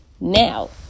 Now